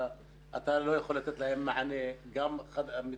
אתה לא יכול לתת להם מענה, גם מיטות,